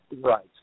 Right